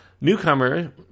newcomer